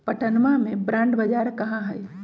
पटनवा में बॉण्ड बाजार कहाँ हई?